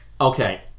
Okay